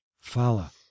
Fala